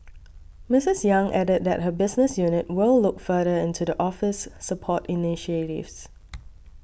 Missus Yang added that her business unit will look further into the Office's support initiatives